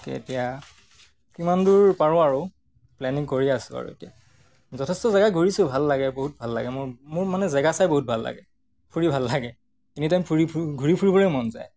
এতিয়া কিমান দূৰ পাৰোঁ আৰু প্লেনিং কৰি আছোঁ আৰু এতিয়া যথেষ্ট জেগা ঘূৰিছোঁ ভাল লাগে বহুত ভাল লাগে মোৰ মোৰ মানে জেগা চাই বহুত ভাল লাগে ফুৰি ভাল লাগে এনিটাইম ফুৰি ফুৰি ঘূৰি ফুৰিবৰে মন যায়